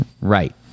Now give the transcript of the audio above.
Right